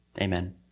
Amen